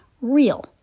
real